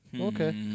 Okay